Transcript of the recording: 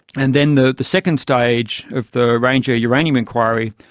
and then the the second stage of the ranger uranium inquiry,